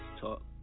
Talk